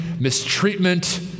mistreatment